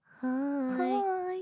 hi